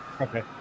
Okay